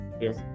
Yes